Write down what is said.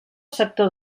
sector